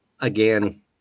Again